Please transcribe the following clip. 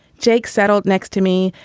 jake settled next to me.